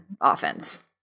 offense